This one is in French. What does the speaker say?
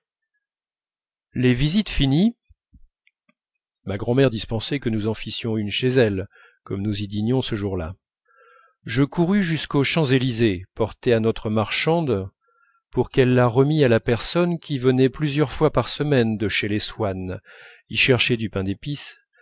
les visites finies ma grand'mère dispensait que nous en fissions une chez elle comme nous y dînions ce jour-là je courus jusqu'aux champs-élysées porter à notre marchande pour qu'elle le remît à la personne qui venait plusieurs fois par semaine de chez les swann y chercher du pain d'épices